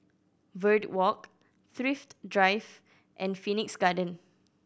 Verde Walk Thrift Drive and Phoenix Garden